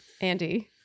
andy